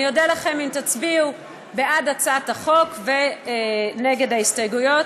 אני אודה לכם אם תצביעו בעד הצעת החוק ונגד ההסתייגויות.